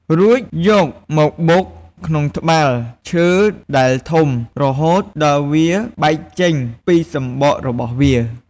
រួចយកមកបុកក្នុងត្បាល់ឈើ ដែលធំ រហូតដល់វាបែកចេញពិសំបករបស់វា។